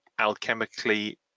alchemically